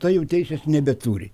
tai jau teisės nebeturi